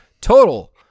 total